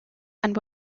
and